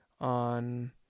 on